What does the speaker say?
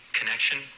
connection